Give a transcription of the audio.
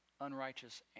unrighteous